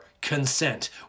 consent